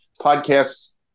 podcasts